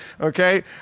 Okay